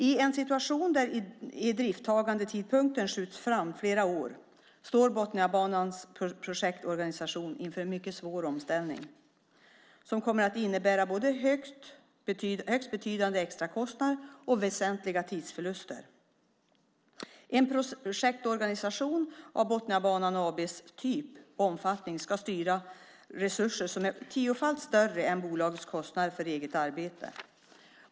I en situation där idrifttagandetidpunkten skjuts fram flera år står Botniabanans projektorganisation inför en mycket svår omställning som kommer att innebära både högst betydande extrakostnader och väsentliga tidsförluster. En projektorganisation av Botniabanan AB:s typ och omfattning ska styra resurser som är tiofalt större än bolagets kostnader för eget arbete.